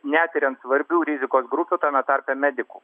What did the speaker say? netiriant svarbių rizikos grupių tame tarpe medikų